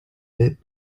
bit